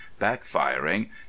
backfiring